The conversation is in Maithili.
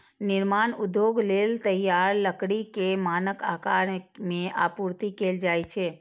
निर्माण उद्योग लेल तैयार लकड़ी कें मानक आकार मे आपूर्ति कैल जाइ छै